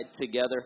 together